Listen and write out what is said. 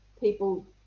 people